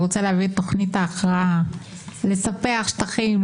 שרוצה להביא את תוכנית ההכרעה לספח שטחים,